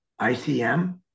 ICM